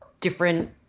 different